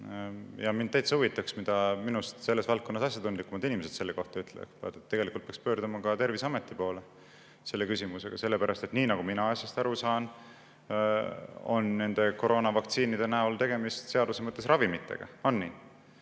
Ja mind täitsa huvitaks, mida selles valdkonnas minust asjatundlikumad inimesed selle kohta ütlevad. Tegelikult peaks pöörduma ka Terviseameti poole selle küsimusega, sellepärast et nii nagu mina asjast aru saan, on koroonavaktsiinide näol seaduse mõttes tegemist ravimitega. On nii?